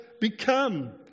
become